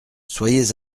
soyez